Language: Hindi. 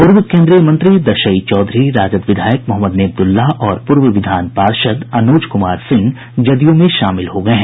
पूर्व केन्द्रीय मंत्री दशई चौधरी राजद विधायक मोहम्मद नेमतुल्लाह और पूर्व विधान पार्षद अनुज कुमार सिंह जदयू में शामिल हो गये हैं